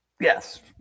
Yes